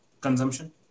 consumption